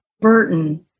Burton